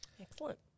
Excellent